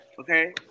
okay